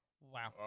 Wow